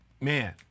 man